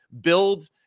build